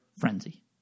frenzy